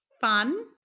Fun